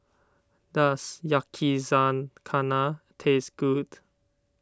does Yakizakana taste good